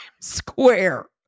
Square